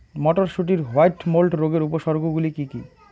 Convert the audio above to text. মটরশুটির white mould রোগের উপসর্গগুলি কী কী?